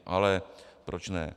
Ale proč ne.